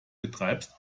betreibst